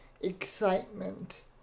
excitement